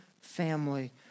family